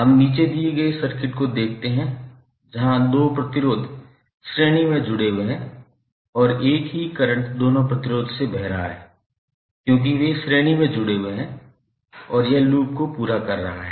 हम नीचे दिए गए सर्किट को देखते हैं जहां दो प्रतिरोध श्रेणी में जुड़े हुए हैं और एक ही करंट दोनों प्रतिरोध से बह रहा है क्योंकि वे श्रेणी में जुड़े हुए हैं और यह लूप को पूरा कर रहा है